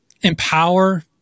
empower